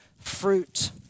fruit